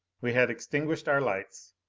we had extinguished our lights.